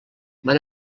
van